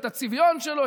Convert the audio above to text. את הצביון שלו,